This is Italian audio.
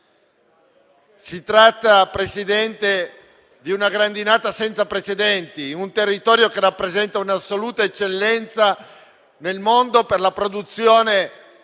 Si tratta, Presidente, di una grandinata senza precedenti, in un territorio che rappresenta un'assoluta eccellenza nel mondo per la produzione sia